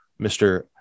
Mr